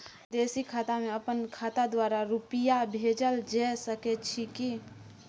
विदेशी खाता में अपन खाता द्वारा रुपिया भेजल जे सके छै की?